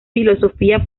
filosofía